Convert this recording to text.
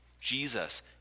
Jesus